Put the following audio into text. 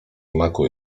smaku